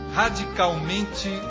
radicalmente